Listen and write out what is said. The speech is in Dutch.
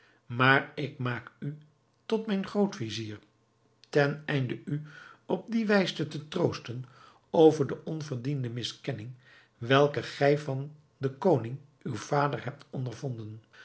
maar ik maak u tot mijn groot-vizier teneinde u op die wijze te troosten over de onverdiende miskenning welke gij van den koning uw vader hebt ondervonden